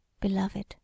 Beloved